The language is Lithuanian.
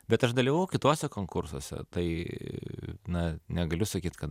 bet aš dalyvavau kituose konkursuose tai na negaliu sakyti kad